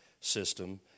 system